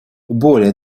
более